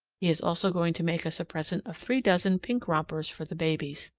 is also going to make us a present of three dozen pink rompers for the babies.